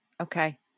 okay